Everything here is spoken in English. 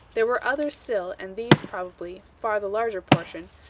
there were others still, and these, probably, far the larger portion,